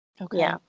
Okay